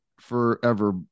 forever